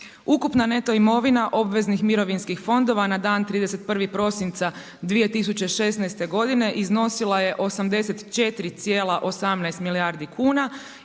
Ukupna neto imovina obveznih mirovinskih fondova na dan 31. prosinca 2016. godine, iznosila je 84,18 milijardi kuna